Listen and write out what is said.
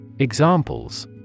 Examples